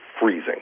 freezing